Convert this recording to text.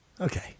Okay